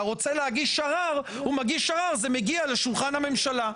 שזה ראש הממשלה,